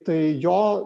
tai jo